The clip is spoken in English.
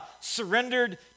surrendered